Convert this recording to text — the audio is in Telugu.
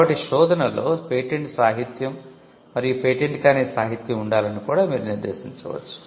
కాబట్టి శోధనలో పేటెంట్ సాహిత్యం మరియు పేటెంట్ కాని సాహిత్యం ఉండాలని కూడా మీరు నిర్దేశించవచ్చు